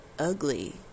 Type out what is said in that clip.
ugly